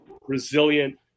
resilient